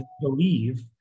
believe